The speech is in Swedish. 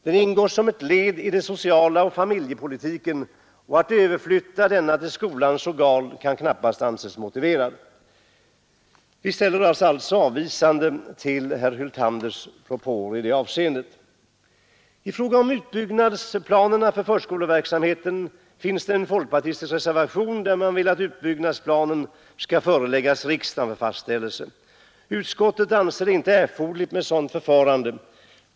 Den ingår som ett led i:socialoch familjepolitiken, och att överflytta denna verksamhet till skolans organ kan knappast anses motiverat. Vi ställer oss alltså avvisande till herr Hyltanders propåer i det avseendet. I en folkpartistisk reservation vill man att en utbyggnadsplan för förskoleverksamheten skall föreläggas riksdagen för fastställande. Utskottet anser det inte erforderligt med ett sådant förfarande.